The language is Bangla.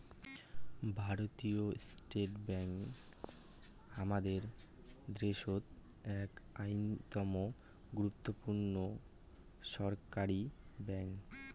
ভারতীয় স্টেট ব্যাঙ্ক হামাদের দ্যাশোত এক অইন্যতম গুরুত্বপূর্ণ ছরকারি ব্যাঙ্ক